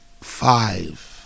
five